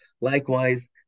Likewise